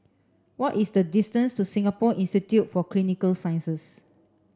what is the distance to Singapore Institute for Clinical Sciences